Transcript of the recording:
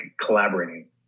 collaborating